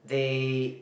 they